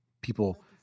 People